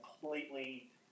completely